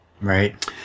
Right